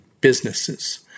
businesses